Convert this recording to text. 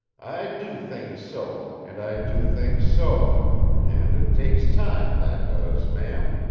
i do things so, and i do things so and it takes time, that does, ma'am.